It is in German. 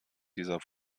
dieser